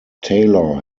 taylor